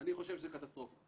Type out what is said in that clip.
אני חושב שזו קטסטרופה.